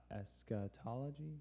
eschatology